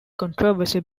controversy